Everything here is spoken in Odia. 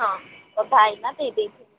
ହଁ କଥା ହେଇକିନା ଦେଇ ଦେଇକି